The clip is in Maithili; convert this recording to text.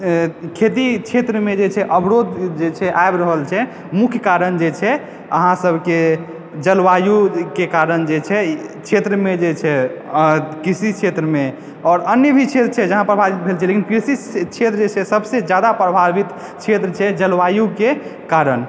खेती क्षेत्रमे जे छै अवरोध जे छै आबि रहल छै मुख्य कारण जे छै अहाँ सबके जलवायुके कारण जे छै क्षेत्रमे जे छै कृषि क्षेत्रमे आओर अन्य भी क्षेत्र छै जहाँपर लेकिन कृषि क्षेत्र जे छै सबसे जादा प्रभावित क्षेत्र छै जलवायुके कारण